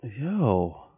Yo